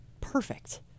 perfect